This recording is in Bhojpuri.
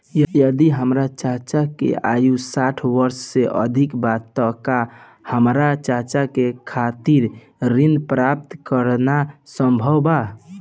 यदि हमार चाचा के आयु साठ वर्ष से अधिक बा त का हमार चाचा के खातिर ऋण प्राप्त करना संभव बा?